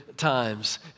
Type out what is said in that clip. times